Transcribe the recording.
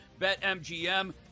BetMGM